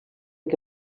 que